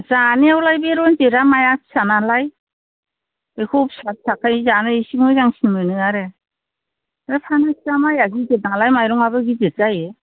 जानायावलाय बे रनजितआ माइया फिसा नालाय बेखौ फिसा फिसाखाय जानो एसे मोजांसिन मोनो आरो बे फानाथिया माइया गिदिर नालाय माइरङाबो गिदिर जायो